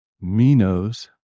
minos